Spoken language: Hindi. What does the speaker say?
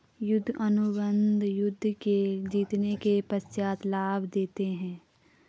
युद्ध अनुबंध युद्ध के जीतने के पश्चात लाभ देते हैं